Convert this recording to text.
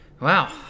Wow